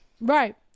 Right